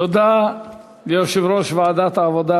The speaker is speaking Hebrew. תודה ליושב-ראש ועדת העבודה,